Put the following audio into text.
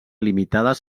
limitades